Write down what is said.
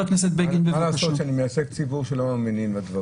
מה לעשות שאני מייצג ציבור שלא מאמינים לדברים?